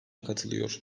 katılıyor